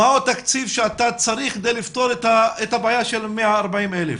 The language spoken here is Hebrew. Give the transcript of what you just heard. מהו התקציב שאתה צריך כדי לפתור את הבעיה של ה-140,000?